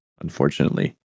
unfortunately